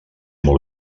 molt